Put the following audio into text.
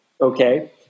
Okay